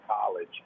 college